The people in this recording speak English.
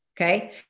Okay